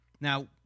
Now